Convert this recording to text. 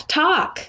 talk